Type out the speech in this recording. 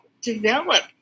develop